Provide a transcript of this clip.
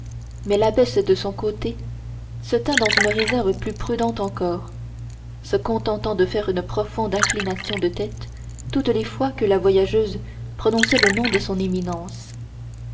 mais l'abbesse de son côté se tint dans une réserve plus prudente encore se contentant de faire une profonde inclination de tête toutes les fois que la voyageuse prononçait le nom de son éminence